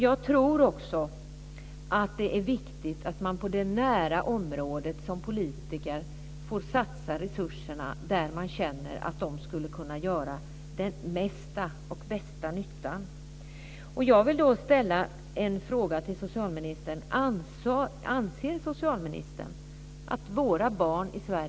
Jag tror också att det är viktigt att man på det nära området som politiker får satsa resurserna där man känner att de skulle kunna göra den mesta och bästa nyttan.